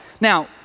Now